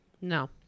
No